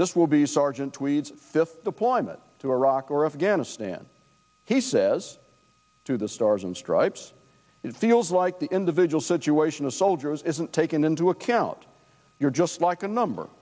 this will be sergeant plummet to iraq or afghanistan he says to the stars and stripes it feels like the individual situation of soldiers isn't taken into account you're just like a number